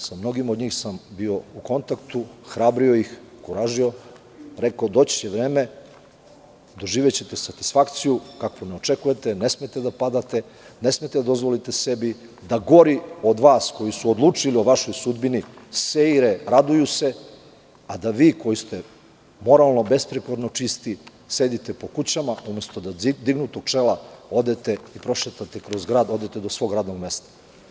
Sa mnogima od njih sam bio u kontaktu, hrabrio ih, kuražio i rekao doći će vreme, doživećete satisfakciju kakvu ne očekujete, ne smete da padate i da dozvolite sebi da gori od vas koji su odlučili o vašoj sudbini seire, raduju se, a da vi koji ste moralno i besprekorno čisti sedite kod kuće umesto da dignutog čela odete i prošetate kroz grad, odete do svog radnog mesta.